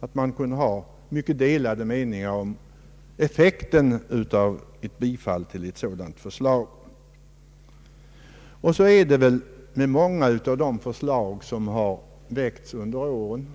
att det torde råda delade meningar om effekten av ett bifall till förslaget. Så är det väl med många av de förslag som har väckts under åren.